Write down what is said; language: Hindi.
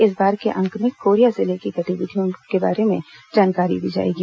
इस बार के अंक में कोरिया जिले की गतिविधियों के बारे में जानकारी दी जाएगी